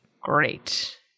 Great